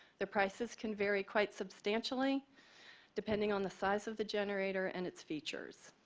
the prices can vary quite substantially depending on the size of the generator and its features.